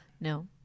No